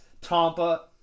Tampa